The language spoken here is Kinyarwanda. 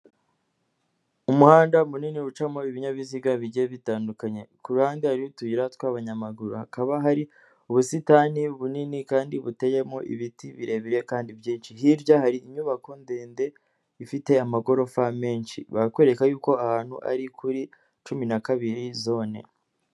Umuhanda munini ucamo ibinyabiziga bigiye bitandukanye, ku ruhande hari n'utuyira tw'abanyamaguru, hakaba hari ubusitani bunini kandi buteyemo ibiti birebire kandi byinshi, hirya hari inyubako ndende ifite amagorofa menshi, bakwereka y'uko aha hantu ari kuri cumi na kabiri zone.